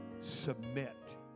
submit